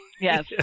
Yes